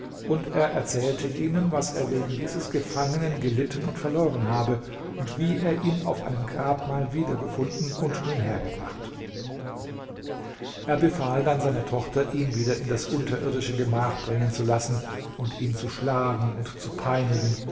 und er erzählte ihnen was er wegen dieses gefangenen gelitten und verloren habe und wie er ihn auf einem grabmal wieder gefunden und nun hergebracht er befahl dann seiner tochter ihn wieder in das unterirdische gemach bringen zu lassen und ihn zu schlagen und zu peinigen